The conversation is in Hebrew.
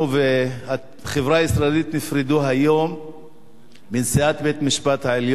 החברה הישראלית נפרדה מנשיאת בית-המשפט העליון,